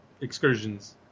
excursions